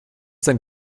denn